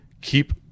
Keep